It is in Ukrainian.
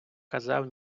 казав